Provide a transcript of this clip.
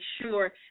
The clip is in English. sure